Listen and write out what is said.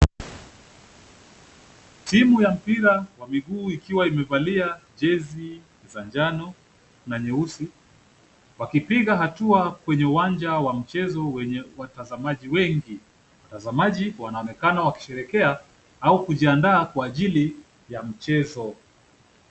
Timu ya mpira wa miguu ikiwa imevalia jezi za njano na nyeusi, wakipiga hatua kwenye uwanja wa mchezo wenye watazamaji wengi. Watazamaji wanaonekana wakisherehekea au kujiandaa kwa ajili ya mchezo.